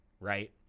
Right